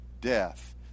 death